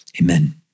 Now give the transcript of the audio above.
Amen